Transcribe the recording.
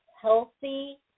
healthy